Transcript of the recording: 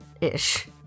Ish